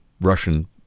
Russian